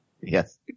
Yes